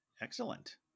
Excellent